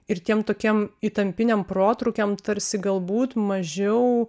ir tiem tokiem įtampiniam protrūkiam tarsi galbūt mažiau